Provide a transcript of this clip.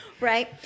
Right